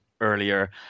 earlier